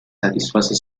satisface